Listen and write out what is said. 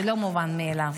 זה לא מובן מאליו.